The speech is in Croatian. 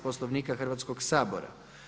Poslovnika Hrvatskog sabora.